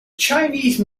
chinese